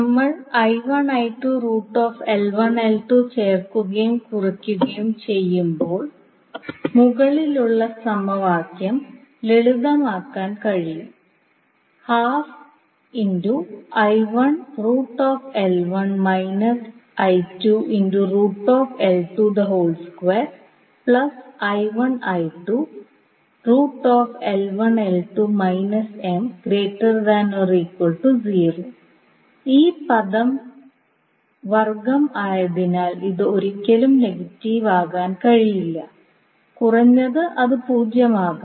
നമ്മൾ ചേർക്കുകയും കുറയ്ക്കുകയും ചെയ്യുമ്പോൾ മുകളിലുള്ള സമവാക്യം ലളിതമാക്കാൻ കഴിയും ഈ പദം വർഗ്ഗം ആയതിനാൽ ഇത് ഒരിക്കലും നെഗറ്റീവ് ആകാൻ കഴിയില്ല കുറഞ്ഞത് അത് പൂജ്യമാകാം